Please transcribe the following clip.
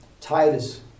Titus